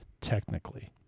technically